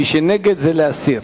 מי שנגד, זה להסיר.